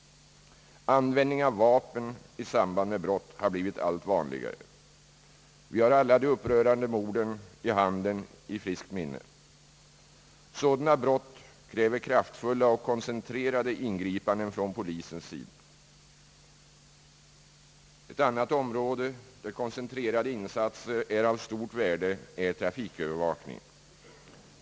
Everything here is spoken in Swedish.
Användning av vapen i samband med brott har blivit allt vanligare. Vi har alla de upprörande morden i Handen i friskt minne. Sådana brott kräver kraftfulla och kon Ett annat område där koncentrerade insatser är av stort värde är trafikövervakningen.